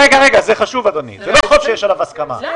זה יסגור את החברה, זה בטוח.